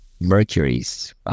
Mercury's